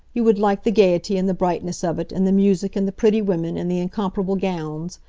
you would like the gayety, and the brightness of it, and the music, and the pretty women, and the incomparable gowns.